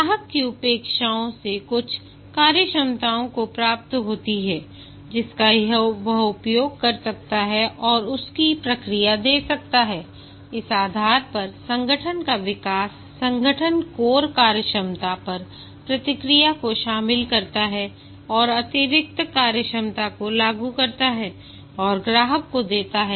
ग्राहक की अपेक्षाओं से कुछ कार्यक्षमताओं को प्राप्त होती है जिसका वह उपयोग कर सकता है और अपनी प्रतिक्रिया दे सकता है इस आधार पर संगठन का विकास संगठन कोर कार्यक्षमता पर प्रतिक्रिया को शामिल करता है और अतिरिक्त कार्यक्षमता को लागू करता है और ग्राहक को देता है